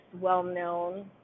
well-known